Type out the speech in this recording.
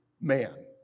man